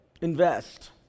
invest